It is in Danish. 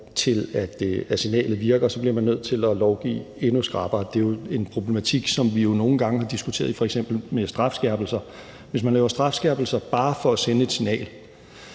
dertil, at signalet virker, så nødt til at lovgive endnu skrappere. Det er jo en problematik, som vi nogle gange har diskuteret i forbindelse med f.eks. med strafskærpelser. Hvis man laver strafskærpelser bare for at sende et signal,